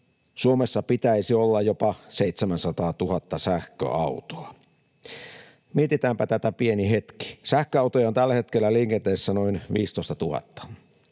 Suomessa pitäisi olla jopa 700 000 sähköautoa. Mietitäänpä tätä pieni hetki. Sähköautoja on tällä hetkellä liikenteessä noin 15 000.